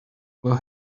will